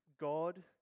God